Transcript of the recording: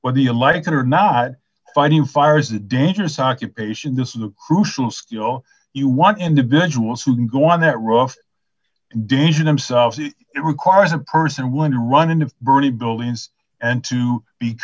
whether you like it or not finding fire is a dangerous occupation this is a crucial skill you want individuals who can go on that rough decision themselves it requires a person willing to run into burning buildings and to be